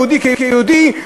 יהודי כיהודי,